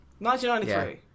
1993